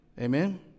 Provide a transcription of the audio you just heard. Amen